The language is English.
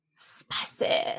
spicy